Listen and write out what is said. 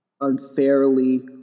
unfairly